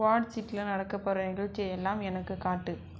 quad சிட்டியில் நடக்கப்போகிற நிகழ்ச்சியை எல்லாம் எனக்கு காட்டு